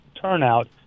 turnout